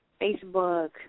Facebook